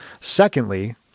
Secondly